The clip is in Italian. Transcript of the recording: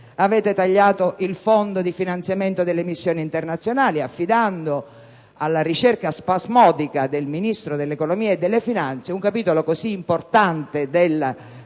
avete tagliato il fondo di finanziamento delle missioni internazionali, affidando alla ricerca spasmodica del Ministro dell'economia e delle finanze un capitolo così importante della